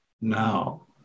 now